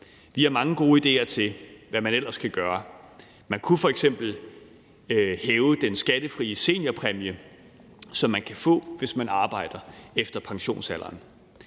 Vi har mange gode idéer til, hvad man ellers kan gøre. Man kunne f.eks. hæve den skattefrie seniorpræmie, som man kan få, hvis man arbejder efter pensionsalderen.